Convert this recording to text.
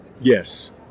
Yes